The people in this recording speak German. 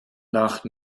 nach